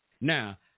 Now